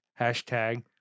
Hashtag